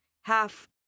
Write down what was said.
half